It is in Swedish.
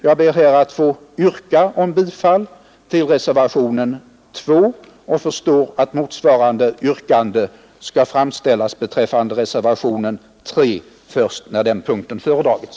Jag ber nu att få yrka bifall till reservationen 2 och förstår att motsvarande yrkande skall framställas beträffande reservationen 3 först när punkten 4 föredragits.